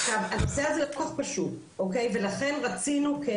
הנושא הזה לא כל כך פשוט ולכן רצינו כן